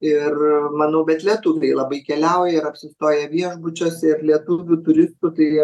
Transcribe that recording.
ir manau bet lietuviai labai keliauja ir apsistoja viešbučiuose ir lietuvių turistų tai